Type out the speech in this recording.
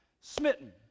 smitten